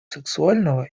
сексуального